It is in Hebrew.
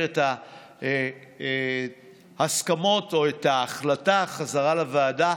את ההסכמות או את ההחלטה חזרה לוועדה,